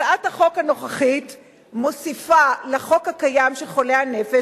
הצעת החוק הנוכחית מוסיפה לחוק הקיים של חולי הנפש,